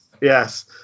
Yes